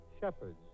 shepherds